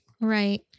Right